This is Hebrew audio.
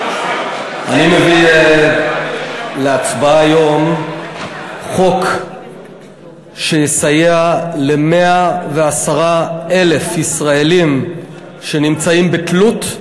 אני מביא להצבעה היום חוק שיסייע ל-110,000 ישראלים שנמצאים בתלות,